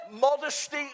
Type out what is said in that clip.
modesty